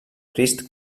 crist